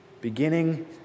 beginning